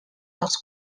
dels